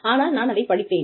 ஆனால் நான் அதைப் படித்தேன்